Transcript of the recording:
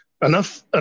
Enough